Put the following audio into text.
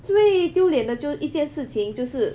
最丢脸的就一件事情就是